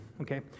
okay